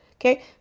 okay